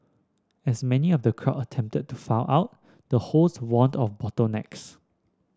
as many of the crowd attempted to file out the hosts warned of bottlenecks